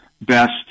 best